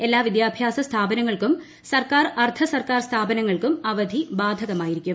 എല്ലാ വിദ്യാഭ്യാസ സ്ഥാപനങ്ങൾക്കും സർക്കാർ അർദ്ധസർക്കാർ സ്ഥാപനങ്ങൾക്കും അവധി ബാധകമായിരിക്കും